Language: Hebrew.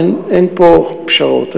אין פה פשרות.